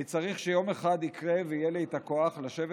אני צריך שיום יקרה ויהיה לי את הכוח לשבת